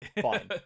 Fine